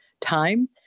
time